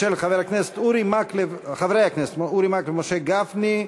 של חברי הכנסת אורי מקלב ומשה גפני.